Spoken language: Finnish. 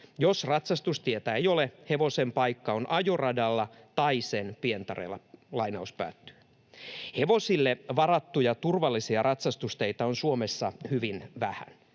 Jos ratsastustietä ei ole, hevosen paikka on ajoradalla tai sen pientareella.” Hevosille varattuja turvallisia ratsastusteitä on Suomessa hyvin vähän.